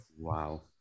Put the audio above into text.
wow